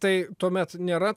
tai tuomet nėra